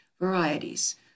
varieties